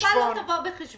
כן, שהתקופה לא תבוא בחשבון.